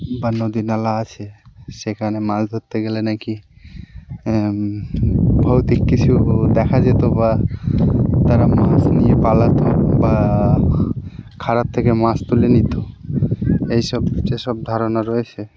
বা নদী নালা আছে সেখানে মাছ ধরতে গেলে নাকি ভৌতিক কিছু দেখা যেত বা তারা মাছ নিয়ে পালাত বা খাবার থেকে মাছ তুলে নিত এই সব যে সব ধারণা রয়েছে